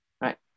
right